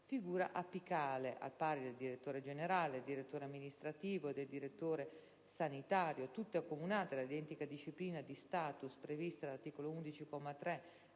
figura apicale al pari del direttore generale, del direttore amministrativo e del direttore sanitario, tutte accomunate dalla identica disciplina di *status* prevista dall'articolo 11,